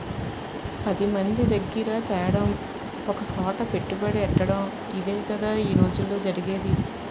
పదిమంది దగ్గిర తేడం ఒకసోట పెట్టుబడెట్టటడం ఇదేగదా ఈ రోజుల్లో జరిగేది